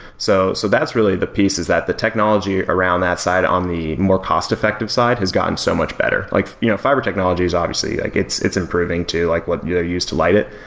so so that's really the piece is that the technology around that side on the more cost-effective side has gotten so much better. like you know fiber technology is obviously, like it's it's improving to like what they're used to light it,